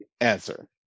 answer